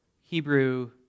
Hebrew